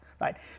right